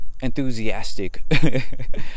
enthusiastic